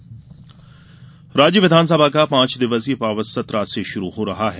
विधानसभा सत्र राज्य विधानसभा का पाँच दिवसीय पावस सत्र आज से शुरू हो रहा है